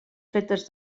fetes